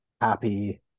happy